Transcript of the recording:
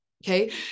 Okay